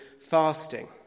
fasting